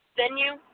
venue